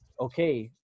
okay